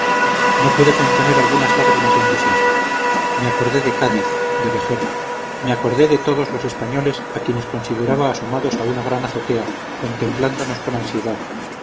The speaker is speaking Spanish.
no pude contener algunas lágrimas de entusiasmo me acordé de cádiz de vejer me acordé de todos los españoles a quienes consideraba asomados a una gran azotea contemplándonos con ansiedad